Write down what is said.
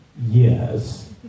Yes